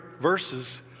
verses